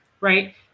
Right